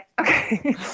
Okay